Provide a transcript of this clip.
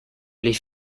les